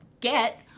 get